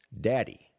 Daddy